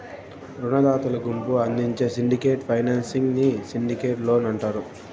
రునదాతల గుంపు అందించే సిండికేట్ ఫైనాన్సింగ్ ని సిండికేట్ లోన్ అంటారు